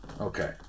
Okay